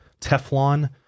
Teflon